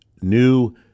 new